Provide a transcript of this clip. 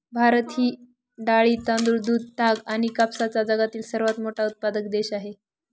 भारत हा डाळी, तांदूळ, दूध, ताग आणि कापसाचा जगातील सर्वात मोठा उत्पादक देश आहे